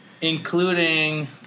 including